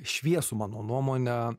šviesų mano nuomone